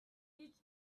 each